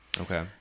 Okay